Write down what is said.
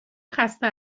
خسته